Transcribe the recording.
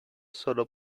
sólo